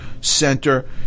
center